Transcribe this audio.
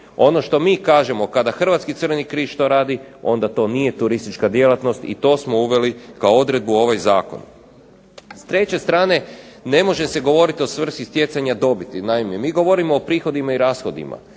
Ono što mi kažemo kada Hrvatski Crveni križ to radi onda to nije turistička djelatnost i to smo uveli kao odredbu u ovaj zakon. S treće strane, ne može se govoriti o svrsi stjecanja dobiti. Naime, mi govorimo o prihodima i rashodima